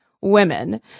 women